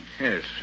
Yes